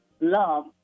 love